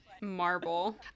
Marble